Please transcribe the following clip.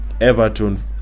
Everton